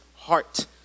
heart